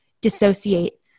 dissociate